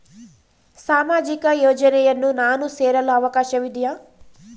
ಸಾಮಾಜಿಕ ಯೋಜನೆಯನ್ನು ನಾನು ಸೇರಲು ಅವಕಾಶವಿದೆಯಾ?